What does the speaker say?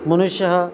मनुष्यः